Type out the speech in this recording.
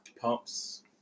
Pumps